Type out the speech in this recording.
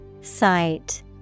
Sight